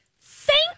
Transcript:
Thank